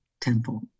Temple